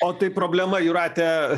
o tai problema jūrate